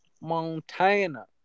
Montana